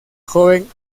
joven